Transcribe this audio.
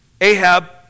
Ahab